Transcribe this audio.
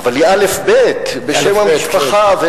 אבל היא אל"ף-בי"ת בשם המשפחה,